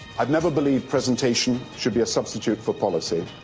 i've never believed presentation should be a substitute for policy.